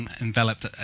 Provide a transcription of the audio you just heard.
enveloped